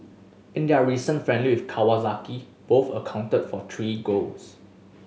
in their recent friendly with Kawasaki both accounted for three goals